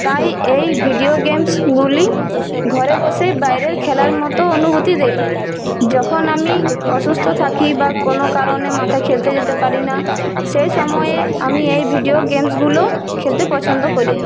তাই এই ভিডিও গেমসগুলি ঘরে বসে বাইরের খেলার মত অনুভূতি দেয় যখন আমি অসুস্থ থাকি বা কোনও কারণে মাঠে খেলতে যেতে পারি না সেই সময়ে আমি এই ভিডিও গেমসগুলো খেলতে পছন্দ করি